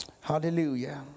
hallelujah